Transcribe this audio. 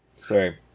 Sorry